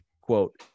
quote